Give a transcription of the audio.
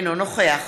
אינו נוכח